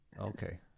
Okay